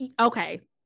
Okay